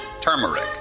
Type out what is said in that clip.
turmeric